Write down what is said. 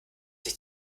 sich